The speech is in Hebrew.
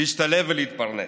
להשתלב ולהתפרנס.